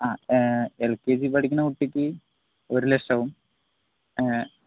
ആ L K G പഠിക്കണ കുട്ടിക്ക് ഒരു ലക്ഷവും